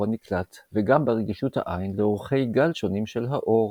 הנקלט וגם ברגישות העין לאורכי גל שונים של האור.